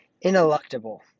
ineluctable